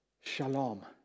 Shalom